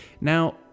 Now